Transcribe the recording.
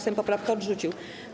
Sejm poprawkę odrzucił.